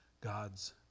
God's